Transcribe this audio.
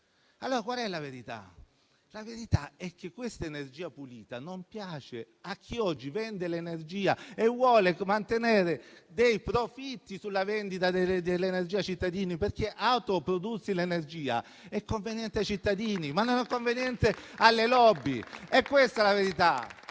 Allora qual è la verità? La verità è che questa energia pulita non piace a chi oggi vende l'energia e vuole mantenere dei profitti sulla sua vendita ai cittadini, perché autoprodursi l'energia è conveniente per i cittadini, ma non per le *lobby*. Questa è la verità!